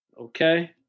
Okay